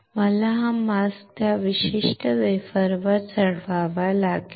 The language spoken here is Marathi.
मला हा मास्क त्या विशिष्ट वेफरवर चढवावा लागला